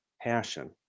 passion